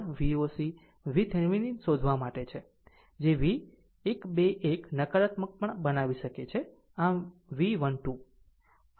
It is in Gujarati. અને અહીં પણ Voc VThevenin શોધવા માટે છે જે V 1 2 1 નકારાત્મક પણ બનાવી શકે છે આમ V 1 2 પણ